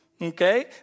Okay